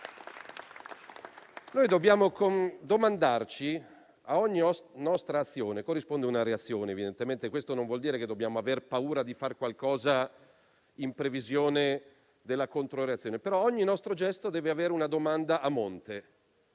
diplomazia. A ogni nostra azione corrisponde una reazione, evidentemente; questo non vuol dire che dobbiamo aver paura di fare qualcosa in previsione della controreazione. Ogni nostro gesto deve avere però una domanda a monte: